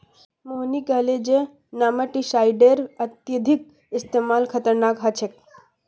मोहिनी कहले जे नेमाटीसाइडेर अत्यधिक इस्तमाल खतरनाक ह छेक